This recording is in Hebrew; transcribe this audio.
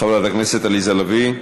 חברת הכנסת עליזה לביא,